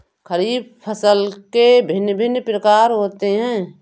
खरीब फसल के भिन भिन प्रकार कौन से हैं?